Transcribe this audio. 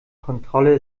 kontrolle